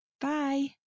Bye